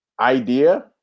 idea